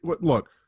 look